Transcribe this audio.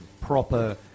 proper